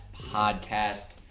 podcast